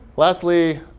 lastly